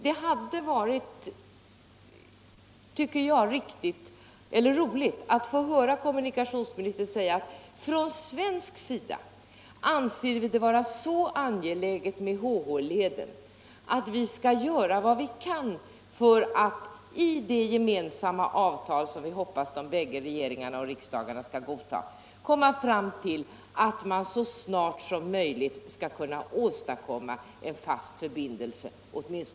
Det hade varit roligt, tycker jag, att få höra kommunikationsministern säga att ”från svensk sida anser vi det vara så angeläget med HH-leden att vi skall göra vad vi kan för att i det gemensamma avtal som vi hoppas de bägge regeringarna och riksdagarna skall godta komma fram till att en fast förbindelse åtminstone mellan Helsingborg och Helsingör snarast möjligt skall åstadkommas”.